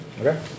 Okay